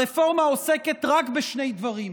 הרפורמה עוסקת רק בשני דברים: